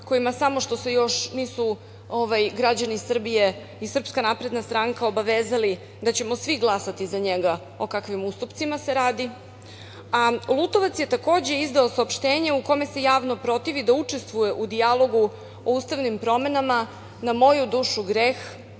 kojima samo što se nisu građani Srbije i SNS obavezali da ćemo svi glasati za njega. O takvim ustupcima se radi. Lutovac je takođe izdao saopštenje u kome se javno protivi da učestvuje u dijalogu o ustavnim promenama. Na moju dušu greh,